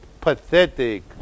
pathetic